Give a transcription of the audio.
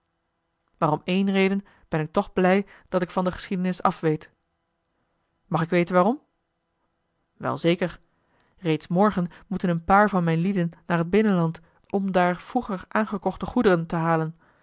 om één reden ben ik toch blij dat ik van geschiedenis afweet mag ik weten waarom wel zeker reeds morgen moeten een paar van mijn lieden naar het binnenland om daar vroeger aangekochte goederen te halen